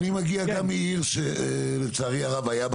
אני מגיע גם מעיר שלצערי הרב היה בה